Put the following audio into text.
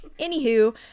Anywho